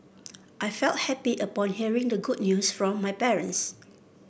I felt happy upon hearing the good news from my parents